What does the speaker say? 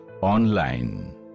online